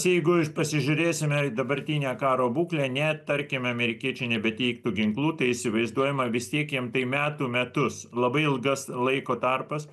jeigu pasižiūrėsime dabartinę karo būklę ane tarkim amerikiečiai nebeteiktų ginklų tai įsivaizduojama vis tiek jiem tai metų metus labai ilgas laiko tarpas